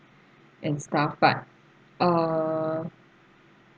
and stuff but uh